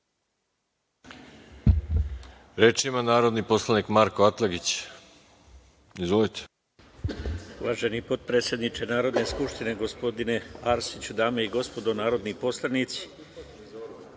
Reč ima narodni poslanik Marko Atlagić. Izvolite.